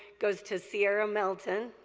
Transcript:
goes to sierra melton.